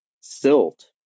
silt